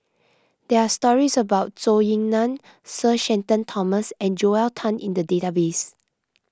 there are stories about Zhou Ying Nan Sir Shenton Thomas and Joel Tan in the database